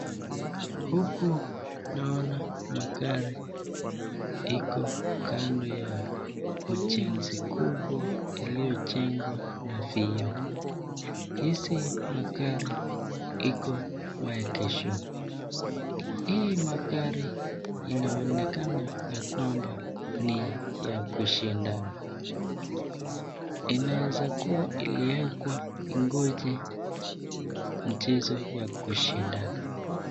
Huku naona magari iko kando ya ujenzi kubwa iliyojengwa na vioo, hizi magari iko maegeshoni, hii magari inaonekana kwamba ni ya kushindana, inaweza kuwa iliwekwa kungoja mchezo ya kushindana.